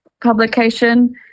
publication